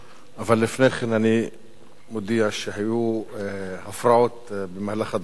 אבל לפני כן אני מודיע שהיו הפרעות במהלך הדברים,